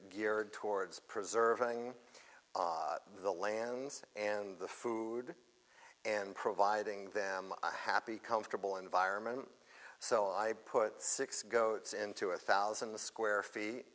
geared towards preserving the land and the food and providing them a happy comfortable environment so i put six goats into a thousand square feet